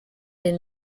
den